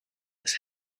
his